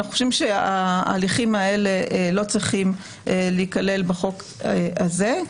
אנחנו חושבים שההליכים האלה לא צריכים להיכלל בחוק הזה.